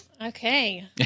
Okay